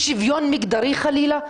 משוויון מגדרי חלילה?